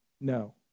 No